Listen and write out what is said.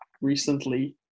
recently